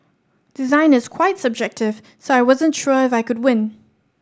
design is quite subjective so I wasn't sure if I could win